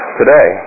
today